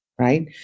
Right